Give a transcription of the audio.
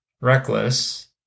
reckless